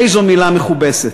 איזו מילה מכובסת,